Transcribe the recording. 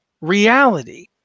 reality